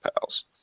Pals